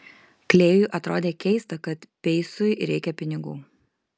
klėjui atrodė keista kad peisui reikia pinigų